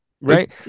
Right